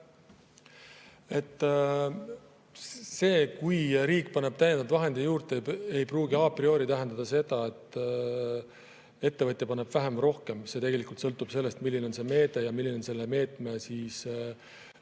See, kui riik paneb täiendavad vahendid juurde, ei pruugia prioritähendada seda, et ettevõtja paneb vähem või rohkem. See sõltub sellest, milline on see meede ja milline on selle meetme omaosaluse